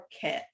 kit